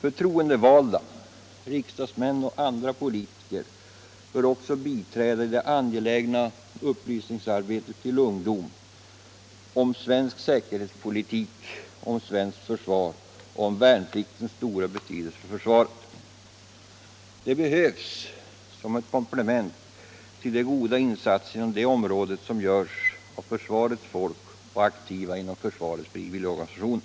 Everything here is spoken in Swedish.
Förtroen devalda, riksdagsmän och andra politiker, bör också biträda i det angelägna upplysningsarbetet till ungdom om svensk säkerhetspolitik, om svenskt försvar och om värnpliktens stora betydelse för försvaret. Det behövs som ett komplement till de goda insatser inom detta område som görs av försvarets folk och aktiva inom försvarets frivilligorganisationer.